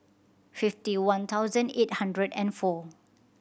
fifty one thousand eight hundred and four